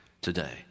today